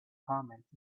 comments